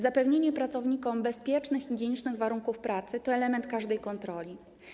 Zapewnienie pracownikom bezpiecznych, higienicznych warunków pracy to element każdej kontroli.